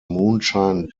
moonshine